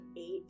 eight